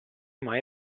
mai